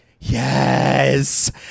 Yes